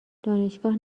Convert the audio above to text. دانشگاه